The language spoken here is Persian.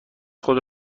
خود